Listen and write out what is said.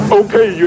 okay